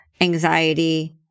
anxiety